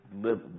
live